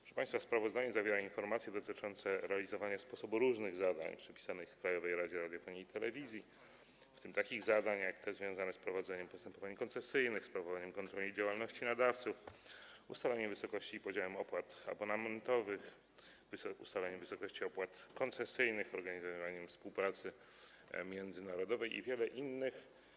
Proszę państwa, sprawozdanie zawiera informacje dotyczące realizowania różnych zadań przypisanych Krajowej Radzie Radiofonii i Telewizji, w tym zadań związanych z prowadzeniem postępowań koncesyjnych, sprawowaniem kontroli nad działalnością nadawców, ustalaniem wysokości i podziału opłat abonamentowych, ustalaniem wysokości opłat koncesyjnych, organizowaniem współpracy międzynarodowej i wielu innych.